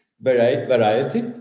variety